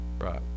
right